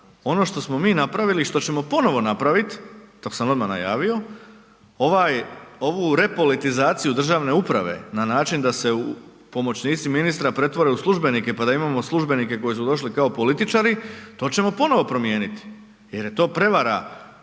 Ono što smo mi napravili i što ćemo ponovno napraviti, to sam odmah najavio, ovu repolitizaciju državne upravo na način da se pomoćnici ministra pretvore u službenike pa da imamo službenike koji su došli kao političari, to ćemo ponovno promijeniti jer je to prevara